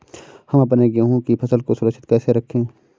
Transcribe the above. हम अपने गेहूँ की फसल को सुरक्षित कैसे रखें?